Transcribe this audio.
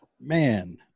Man